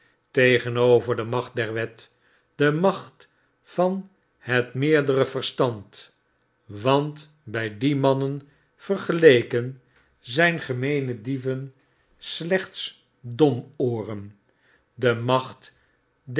tegenover de macht der wet de macht van het meerdere verstand want by die manneu vergeleken zyn gemeene dieven slechts domooren de macht